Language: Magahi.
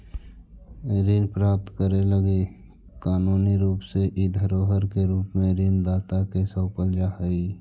ऋण प्राप्त करे लगी कानूनी रूप से इ धरोहर के रूप में ऋण दाता के सौंपल जा हई